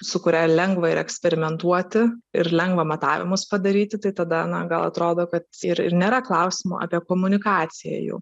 su kuria lengva ir eksperimentuoti ir lengva matavimus padaryti tai tada na gal atrodo kad ir ir nėra klausimo apie komunikaciją jų